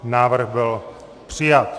Návrh byl přijat.